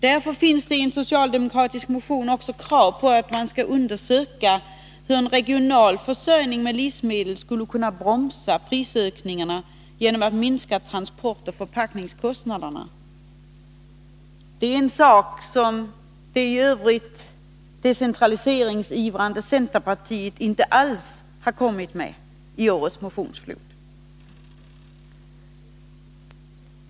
Därför finns det i en socialdemokratisk motion också krav på att man skall undersöka hur en regional försörjning med livsmedel skulle kunna bromsa prisökningarna genom att minska transportoch förpackningskostnaderna. Det är en sak som det i övrigt decentraliseringsivrande centerpartiet inte alls har kommit med i årets motionsflod.